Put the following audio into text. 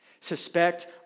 Suspect